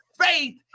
faith